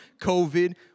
COVID